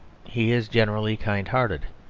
he is generally kind-hearted,